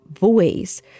voice